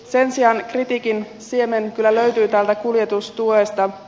sen sijaan kritiikin siemen kyllä löytyy täältä kuljetustuesta